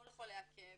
כל חולי הכאב,